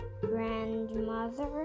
grandmother